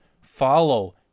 Follow